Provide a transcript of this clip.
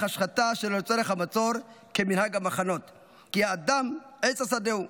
השחתה שלא לצורך המצור כמנהג המחנות"; "כי האדם עץ השדה הוא,